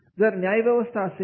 जर न्यायव्यवस्था असेल